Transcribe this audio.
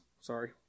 Sorry